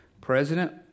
President